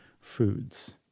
foods